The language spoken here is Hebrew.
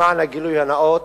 למען הגילוי הנאות,